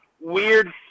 weird